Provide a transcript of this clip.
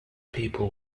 people